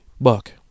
buck